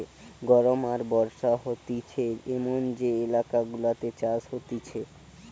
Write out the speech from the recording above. গরম আর বর্ষা হতিছে এমন যে এলাকা গুলাতে চাষ হতিছে